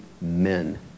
men